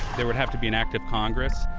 there would have to be an act of congress.